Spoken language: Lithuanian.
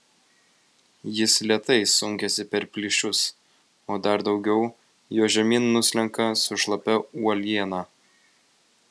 jis lėtai sunkiasi per plyšius o dar daugiau jo žemyn nuslenka su šlapia uoliena